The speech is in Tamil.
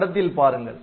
படத்தில் பாருங்கள்